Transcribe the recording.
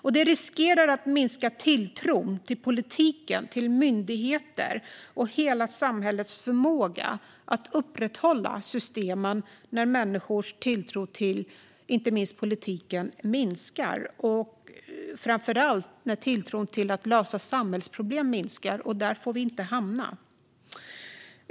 När människors tilltro till inte minst politiken minskar riskerar tilltron till myndigheter och till hela samhällets förmåga att upprätthålla systemen att minska - framför allt när tilltron till förmågan att lösa samhällsproblem minskar. Där får vi inte hamna.